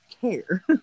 care